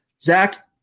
Zach